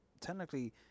technically